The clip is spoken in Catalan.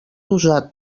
usat